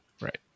Right